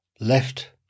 left